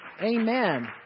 Amen